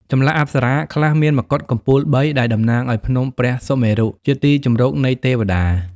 ចម្លាក់អប្សរាខ្លះមានមកុដកំពូលបី ដែលតំណាងឱ្យភ្នំព្រះសុមេរុ ជាទីជម្រកនៃទេវតា។